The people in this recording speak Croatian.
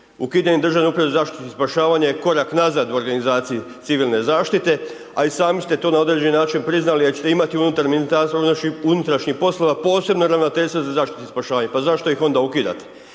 ukidanje Državne uprave za zaštitu i spašavanje je korak nazad u organizaciji civilne zaštite, a i samo ste to na određeni način priznali jer ćete imati unutar MUP-a posebno ravnateljstvo za zaštitu i spašavanje, pa zašto ih onda ukidate